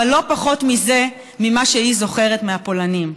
אבל לא פחות מזה, מה שהיא זוכרת מהפולנים.